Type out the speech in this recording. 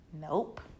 Nope